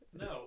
No